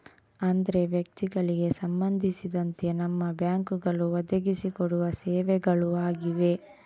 ಅಂದ್ರೆ ವ್ಯಕ್ತಿಗಳಿಗೆ ಸಂಬಂಧಿಸಿದಂತೆ ನಮ್ಮ ಬ್ಯಾಂಕುಗಳು ಒದಗಿಸಿ ಕೊಡುವ ಸೇವೆಗಳು ಆಗಿವೆ